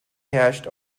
herrscht